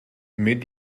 mid